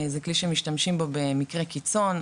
זה כלי שמשתמשים בו במקרה קיצון,